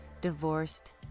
divorced